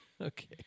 Okay